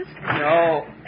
No